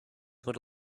would